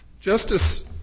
Justice